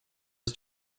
was